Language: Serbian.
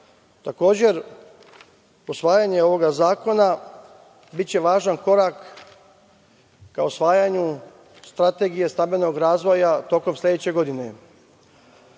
Takođe, usvajanje ovog zakona biće važan korak ka usvajanju strategije stambenog razvoja tokom sledeće godine. Pošto